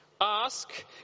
Ask